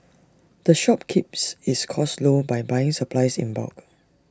the shop keeps its costs low by buying supplies in bulk